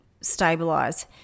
stabilize